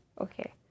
okay